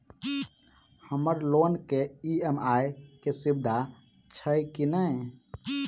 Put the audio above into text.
हम्मर लोन केँ ई.एम.आई केँ सुविधा छैय की नै?